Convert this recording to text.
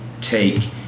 take